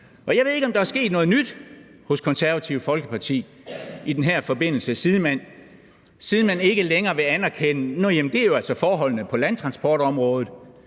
Jeg ved ikke, om der er sket noget nyt hos Det Konservative Folkeparti i den her forbindelse, siden man ikke længere vil anerkende, at det jo altså er forholdene på landtransportområdet,